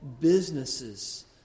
businesses